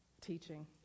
teaching